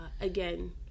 again